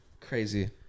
Crazy